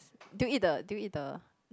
did you eat the did you eat the